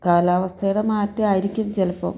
കാലാവസ്ഥയുടെ മാറ്റമായിരിക്കും ചിലപ്പം